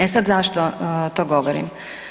E sad, zašto to govorim?